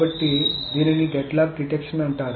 కాబట్టి దీనిని deadlock detection అంటారు